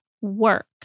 work